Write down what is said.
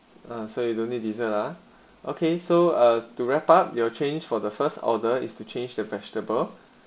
so you don't need dessert lah okay so uh to wrap up your changed for the first order is to change the vegetable